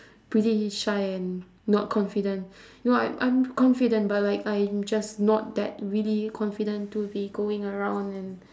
pretty shy and not confident you know I'm I'm confident but like I'm just not that really confident to be going around and